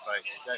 fights